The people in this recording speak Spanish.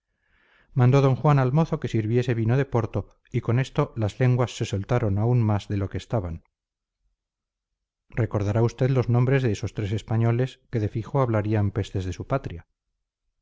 mandó d juan al mozo que sirviese vino de porto y con esto las lenguas se soltaron aún más de lo que estaban recordará usted los nombres de esos tres españoles que de fijo hablarían pestes de su patria